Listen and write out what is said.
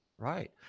Right